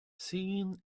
singing